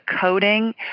coding